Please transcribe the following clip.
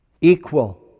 Equal